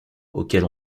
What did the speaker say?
auxquels